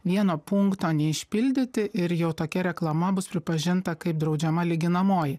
vieno punkto neišpildyti ir jau tokia reklama bus pripažinta kaip draudžiama lyginamoji